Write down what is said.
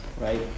right